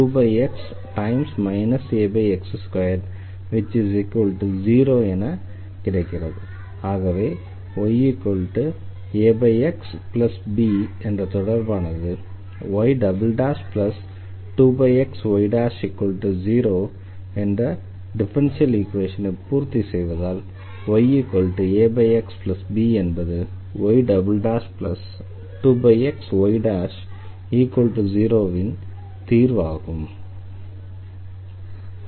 ஆகவே yAxB என்ற தொடர்பானது y2xy0 என்ற டிஃபரன்ஷியல் ஈக்வேஷனை பூர்த்தி செய்வதால் yAxB என்பது y2xy0 ன் தீர்வாகும்